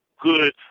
good